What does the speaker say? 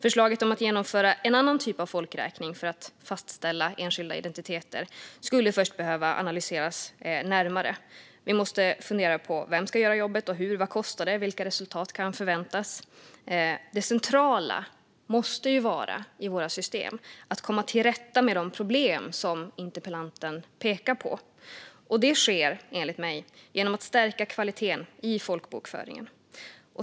Förslaget om att genomföra en annan typ av folkräkning för att fastställa enskilda identiteter skulle först behöva analyseras närmare. Vi måste fundera på: Vem ska göra jobbet? Hur? Vad kostar det? Vilka resultat kan förväntas? Det centrala i våra system måste vara att komma till rätta med de problem som interpellanten pekar på, och enligt mig sker det genom att man stärker kvaliteten i folkbokföringen.